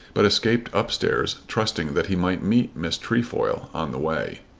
but escaped up-stairs, trusting that he might meet miss trefoil on the way.